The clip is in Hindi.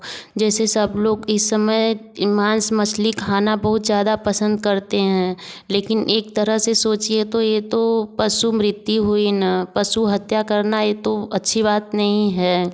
जैसे सब लोग इस समय यह मास मछला खाना बहुत ज़्यादा पसंद करते हैं लेकिन एक तरह से सोचिए तो यह तो पशु मृत्ति हुई ना पशु हत्या करना यह तो अच्छी बात नहीं है